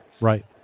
Right